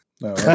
no